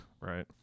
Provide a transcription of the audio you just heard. Right